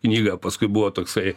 knygą paskui buvo toksai